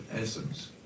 essence